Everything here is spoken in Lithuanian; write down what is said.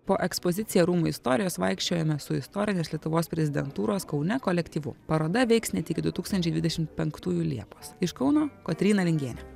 po ekspoziciją rūmų istorijos vaikščiojome su istorinės lietuvos prezidentūros kaune kolektyvu paroda veiks net iki du tūkstančiai dvidešim penktųjų liepos iš kauno kotryna lingienė